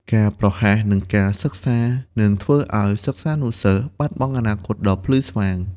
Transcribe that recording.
ការប្រហែសនឹងការសិក្សា នឹងធ្វើឱ្យសិស្សានុសិស្សបាត់បង់អនាគតដ៏ភ្លឺស្វាង។